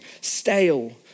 stale